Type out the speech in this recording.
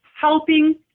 Helping